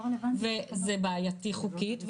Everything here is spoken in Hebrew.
וזה בעייתי חוקית,